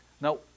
now